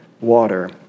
water